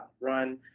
run